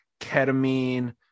ketamine